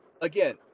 Again